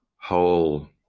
whole